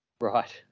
right